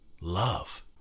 Love